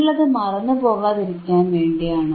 നിങ്ങളത് മറുന്നുപോകാതിരിക്കാൻ വേണ്ടിയാണ്